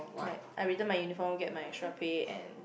like I return my uniform get my extra pay and